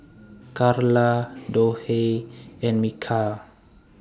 Karla Dorthey and Michal